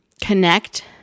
connect